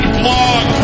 blog